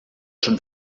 schon